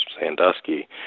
Sandusky